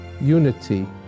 unity